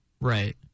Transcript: Right